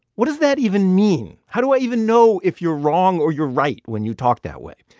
what does that even mean? how do i even know if you're wrong or you're right when you talk that way?